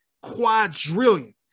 quadrillion